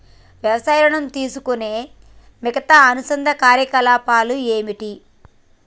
వ్యవసాయ ఋణం తీసుకునే మిగితా అనుబంధ కార్యకలాపాలు ఏమిటి?